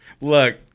Look